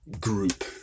group